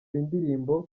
indirimbo